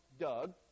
Doug